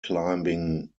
climbing